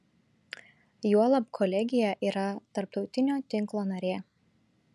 juolab kolegija yra tarptautinio tinklo narė